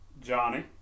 johnny